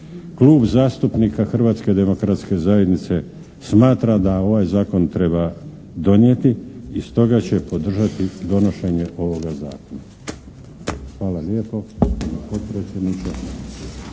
Klub zastupnika Hrvatske demokratske zajednice smatra da ovaj Zakon treba donijeti i stoga će podržati donošenje ovoga Zakona. Hvala lijepo,